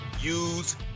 use